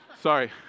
sorry